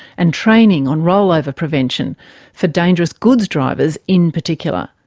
and training on rollover prevention for dangerous goods drivers in particular.